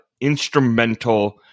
instrumental